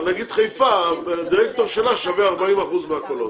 אבל למשל חיפה, הדירקטור שלה שווה 40% מהקולות.